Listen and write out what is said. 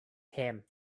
came